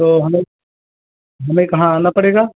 तो हमय हमें कहाँ आना पड़ेगा